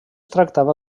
tractava